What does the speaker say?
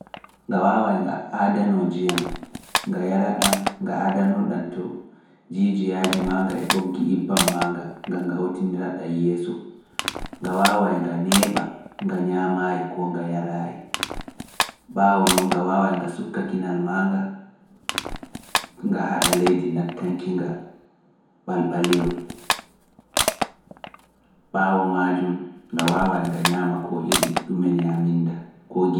Nga waaway nga aadanoo njiyam nga yaraɗam nga aadanoo-ɗam to jiijiyaaji maaga e ɓoggi ibbam maaga, ngan nga huutinira-ɗam yeeso. Nga waaway nga neeɓa nga nyaamaayi koo nga yaraayi. Ɓaawo non nga waaway nga sukka kinal maaga, nga haɗa leydi nattanki-nga ɓalɓaliyo. Ɓaawo maajum nga waaway nga nyaama koo iri ɗume nyaaminnda koo ng-